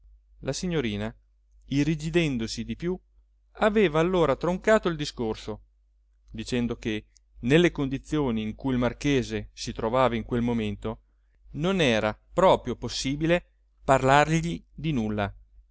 la signorina irrigidendosi di più aveva allora troncato il discorso dicendo che nelle condizioni in cui il marchese si trovava in quel momento non era proprio possibile parlargli di nulla